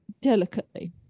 delicately